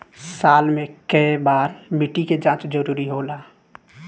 साल में केय बार मिट्टी के जाँच जरूरी होला?